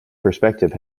perspective